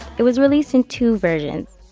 it was released in two versions.